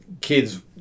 kids